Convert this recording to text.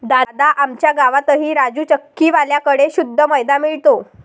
दादा, आमच्या गावातही राजू चक्की वाल्या कड़े शुद्ध मैदा मिळतो